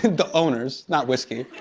the owners, not whiskey.